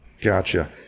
Gotcha